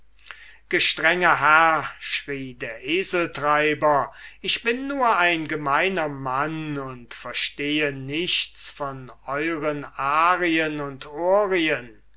gestrenger herr schrie der eseltreiber ich bin nur ein gemeiner mann und verstehe nichts von euren arien und